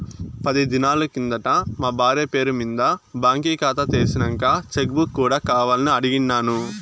పది దినాలు కిందట మా బార్య పేరు మింద బాంకీ కాతా తెర్సినంక చెక్ బుక్ కూడా కావాలని అడిగిన్నాను